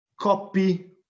copy